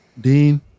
dean